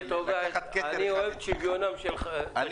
אני